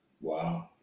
Wow